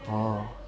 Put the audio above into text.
orh